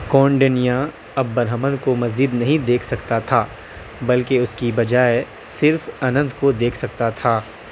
کونڈنیا اب برہمن کو مزید نہیں دیکھ سکتا تھا بلکہ اس کی بجائے صرف اننت کو دیکھ سکتا تھا